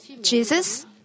Jesus